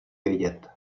vědět